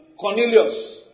Cornelius